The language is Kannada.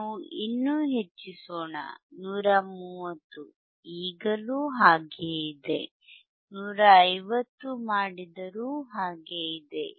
ನಾವು ಇನ್ನೂ ಹೆಚ್ಚಿಸೋಣ 130 ಈಗಲೂ ಹಾಗೆ ಇದೆ 150 ಮಾಡಿದರೂ ಹಾಗೆ ಇದೆ